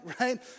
right